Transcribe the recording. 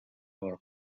our